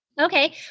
Okay